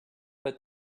but